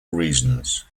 reasons